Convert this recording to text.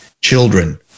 children